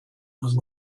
was